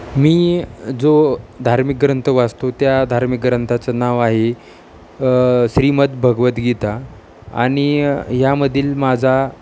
मी जो धार्मिक ग्रंथ वाचतो त्या धार्मिक ग्रंथाचं नाव आहे श्रीमद् भगवद्गीता आणि यामधील माझा